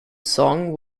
song